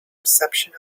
reception